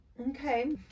Okay